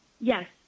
Yes